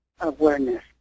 awareness